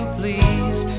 please